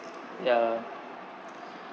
yeah